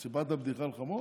סיפרת בדיחה על חמור?